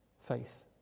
faith